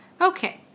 Okay